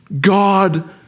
God